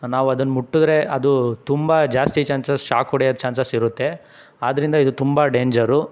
ನಾವು ಅದನ್ನು ಮುಟ್ಟಿದ್ರೆ ಅದು ತುಂಬ ಜಾಸ್ತಿ ಚಾನ್ಸಸ್ ಶಾಕ್ ಹೊಡಿಯೋದು ಚಾನ್ಸಸ್ ಇರುತ್ತೆ ಆದ್ದರಿಂದ ಇದು ತುಂಬ ಡೇಂಜರು